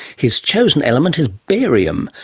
his chosen element is barium,